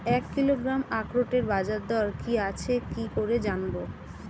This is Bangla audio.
এক কিলোগ্রাম আখরোটের বাজারদর কি আছে কি করে জানবো?